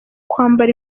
kwambara